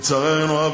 לצערנו הרב,